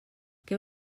què